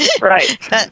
Right